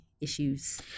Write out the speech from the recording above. issues